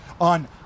on